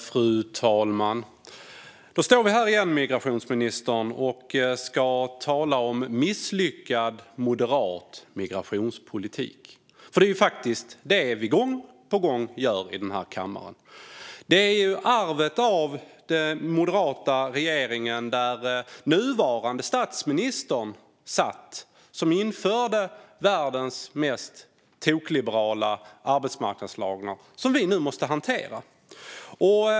Fru talman! Då står vi här igen, migrationsministern, och ska tala om misslyckad moderat migrationspolitik. Det är vad vi faktiskt gör gång på gång i kammaren. Det här är arvet från den moderata regeringen, där den nuvarande statsministern satt, som införde världens mest tokliberala arbetsmarknadslagar som vi nu måste hantera.